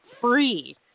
free